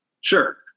sure